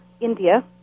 India